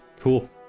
cool